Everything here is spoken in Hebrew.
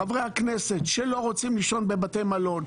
חברי הכנסת שלא רוצים לישון בבתי מלון,